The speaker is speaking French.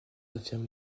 affaires